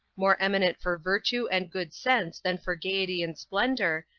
more eminent for virtue and good sense than for gaiety and splendor,